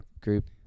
Group